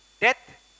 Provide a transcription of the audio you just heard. death